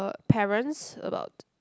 parents about